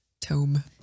tome